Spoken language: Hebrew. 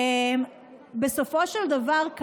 בסופו של דבר,